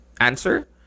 answer